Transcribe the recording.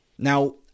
Now